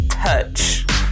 touch